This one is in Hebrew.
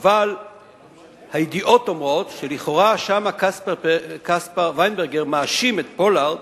אבל הידיעות אומרות שלכאורה קספר ויינברגר מאשים שם את פולארד